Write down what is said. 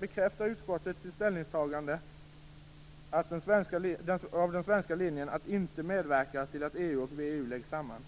bekräftar utskottet i sitt ställningstagande den svenska linjen att inte medverka till att EU och VEU läggs samman.